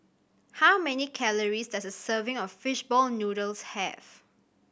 how many calories does a serving of fish ball noodles have